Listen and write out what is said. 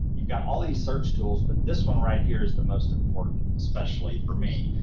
you've got all these search tools. but this one right here is the most important. especially for me,